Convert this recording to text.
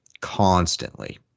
Constantly